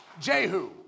Jehu